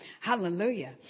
Hallelujah